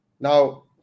Now